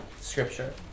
scripture